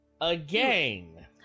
again